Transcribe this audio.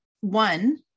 One